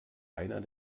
einer